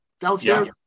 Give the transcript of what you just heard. downstairs